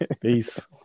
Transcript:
Peace